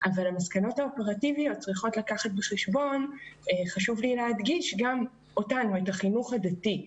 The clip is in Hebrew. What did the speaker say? אבל המסקנות האופרטיביות צריכות לקחת בחשבון גם אותנו את החינוך הדתי.